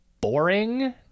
boring